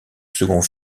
second